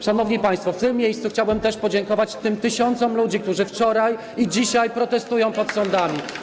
Szanowni państwo, w tym miejscu chciałbym też podziękować tym tysiącom ludzi, którzy wczoraj protestowali i dzisiaj protestują przed sądami.